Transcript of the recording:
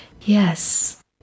Yes